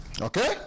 Okay